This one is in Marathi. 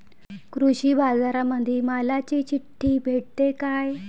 कृषीबाजारामंदी मालाची चिट्ठी भेटते काय?